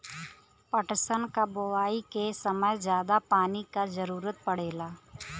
पटसन क बोआई के समय जादा पानी क जरूरत पड़ेला